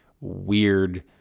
weird